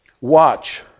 watch